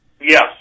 Yes